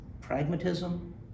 Pragmatism